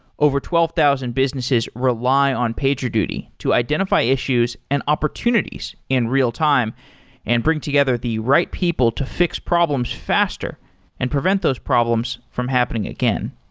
over twelve thousand businesses rely on pagerduty to identify issues and opportunities in real time and bring together the right people to fix problems faster and prevent those problems from happening again.